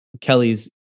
Kelly's